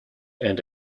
and